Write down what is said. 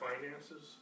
finances